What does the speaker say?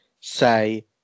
say